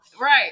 Right